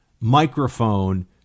microphone